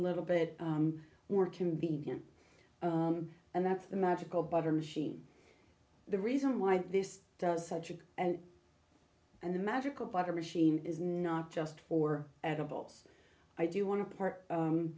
little bit more convenient and that's the magical butter machine the reason why this does and and the magical butter machine is not just for edibles i do want to part